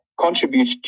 contribute